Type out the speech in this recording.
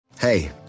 Hey